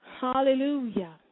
Hallelujah